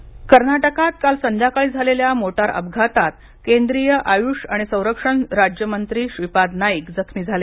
श्रीपाद नाईक अपघात कर्नाटकात काल संध्याकाळी झालेल्या मोटार अपघातात केंद्रीय आयुष आणि संरक्षण राज्य मंत्री श्रीपाद नाईक जखमी झाले